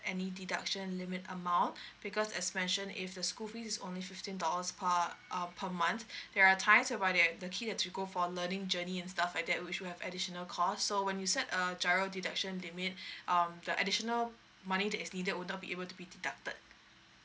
any deduction limit amount because as mentioned if the school fees is only fifteen dollars per uh per month there are times whereby that the kid have to go for learning journey and stuff like that which will have additional cost so when you set a giro deduction limit um the additional money that is needed will not be able to be deducted